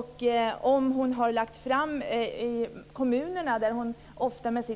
Har hon, i de kommuner där hennes